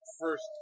First